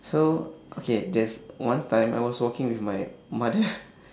so okay there's one time I was walking with my mother